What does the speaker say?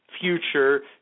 future